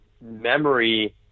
memory